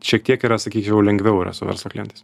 šiek tiek yra sakyčiau lengviau yra su verslo klientais